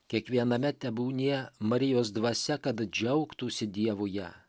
kiekviename tebūnie marijos dvasia kad džiaugtųsi dievuje